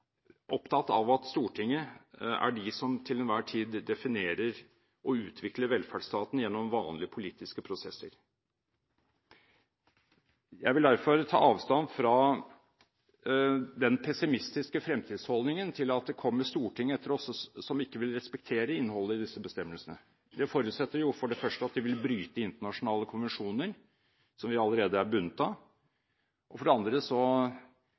opptatt av at Stortinget er det som til enhver tid definerer og utvikler velferdsstaten gjennom vanlige politiske prosesser. Jeg vil derfor ta avstand fra den pessimistiske fremtidsholdningen til at det kommer storting etter oss som ikke vil respektere innholdet i disse bestemmelsene. Det forutsetter for det første at de vil bryte internasjonale konvensjoner som vi allerede er bundet av, og for andre er det nettopp slik at et samfunn så